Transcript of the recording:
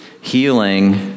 healing